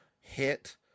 hit